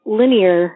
linear